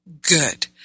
good